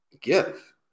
give